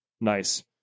Nice